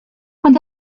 and